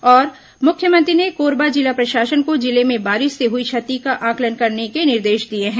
और मुख्यमंत्री ने कोरबा जिला प्रशासन को जिले में बारिश से हुई क्षति का आंकलन करने के निर्देश दिए हैं